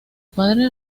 padre